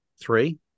Three